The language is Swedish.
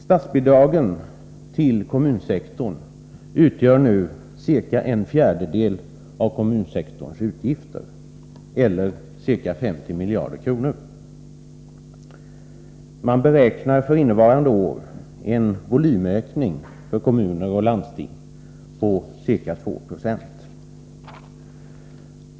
Statsbidragen till kommunsektorn utgör nu totalt ca en fjärdedel av kommunsektorns utgifter eller omkring 50 miljarder kronor. Man beräknar för innevarande år en volymökning för kommuner och landsting på ca 2 96.